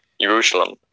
Jerusalem